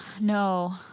No